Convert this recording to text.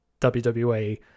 WWE